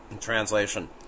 translation